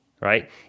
right